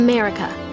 America